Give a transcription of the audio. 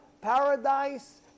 paradise